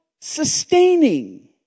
sustaining